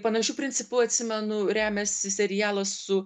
panašiu principu atsimenu remiasi serialas su